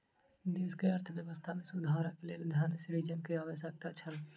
देश के अर्थव्यवस्था में सुधारक लेल धन सृजन के आवश्यकता छल